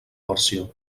versió